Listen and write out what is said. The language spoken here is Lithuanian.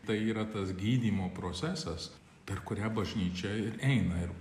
tai yra tas gydymo procesas per kurią bažnyčia ir eina ir